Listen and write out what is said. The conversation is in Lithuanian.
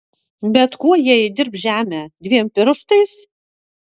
bet kuo jie įdirbs žemę dviem pirštais